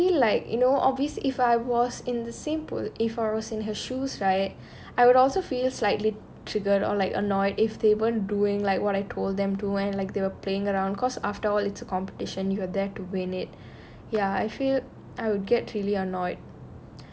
but I feel like you know obvious if I was in the same simple four in her shoes right I would also feel slightly triggered on like annoyed if teban doing like what I told them to when like they were playing around because after all it's a competition you are there to win it ya I feel I would get really annoyed